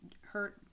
hurt